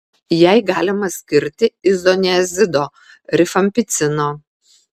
jai galima skirti izoniazido rifampicino